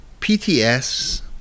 PTS